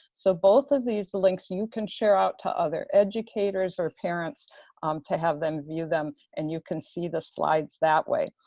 so both of these links you can share out to other educators, or parents to have them view them and you can see the slides that way.